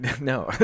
No